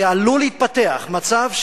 ועלול להתפתח מצב,